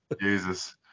Jesus